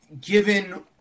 given